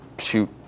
shoot